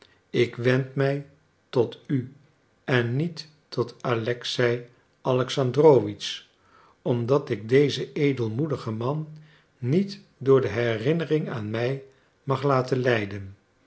ik wend mij tot u en niet tot alexei alexandrowitsch omdat ik dezen edelmoedigen man niet door de herinnering aan mij mag laten lijden